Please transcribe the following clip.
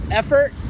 effort